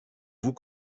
vous